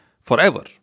forever